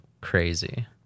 crazy